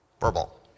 Verbal